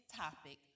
topic